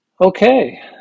Okay